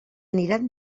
aniran